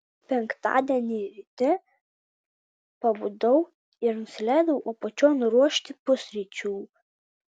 penktadienį ryte pabudau ir nusileidau apačion ruošti pusryčių